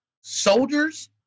soldiers